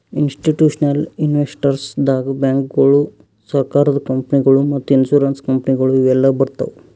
institutional investors ದಾಗ್ ಬ್ಯಾಂಕ್ಗೋಳು, ಸರಕಾರದ ಕಂಪನಿಗೊಳು ಮತ್ತ್ ಇನ್ಸೂರೆನ್ಸ್ ಕಂಪನಿಗೊಳು ಇವೆಲ್ಲಾ ಬರ್ತವ್